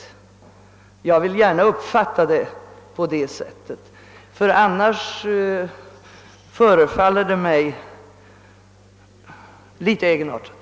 Jag vill gärna uppfatta det så, ty annars förefaller det något egenartat.